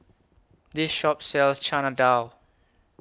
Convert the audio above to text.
This Shop sells Chana Dal